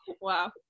Wow